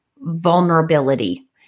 vulnerability